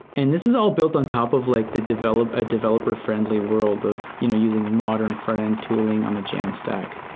and this is all built on top of like a developer ah developer friendly world of you know using modern frontend tooling on the jamstack.